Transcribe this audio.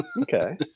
okay